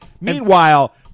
meanwhile